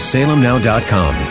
SalemNow.com